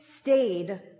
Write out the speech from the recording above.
stayed